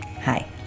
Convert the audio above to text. Hi